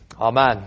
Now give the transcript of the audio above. amen